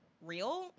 Real